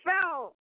fell